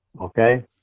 okay